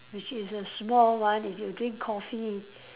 which is a small one if you drink coffee